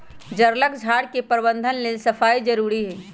जङगल झार के प्रबंधन लेल सफाई जारुरी हइ